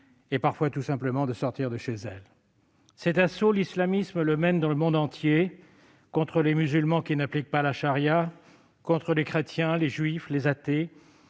et parfois tout simplement de sortir de chez elles. Cet assaut, l'islamisme le mène dans le monde entier, contre les musulmans qui n'appliquent pas la charia, contre les chrétiens, les juifs, les athées.